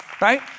Right